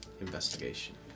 Investigation